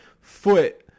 foot